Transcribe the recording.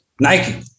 Nike